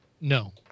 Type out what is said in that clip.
No